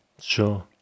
Sure